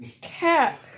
Cat